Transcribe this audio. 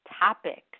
topics